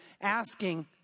asking